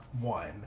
one